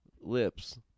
lips